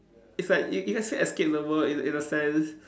it's like you you can still escape the world in in a sense